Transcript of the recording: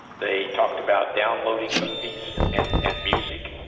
they talked about downloading movies and and music,